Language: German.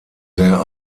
der